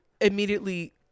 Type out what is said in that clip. immediately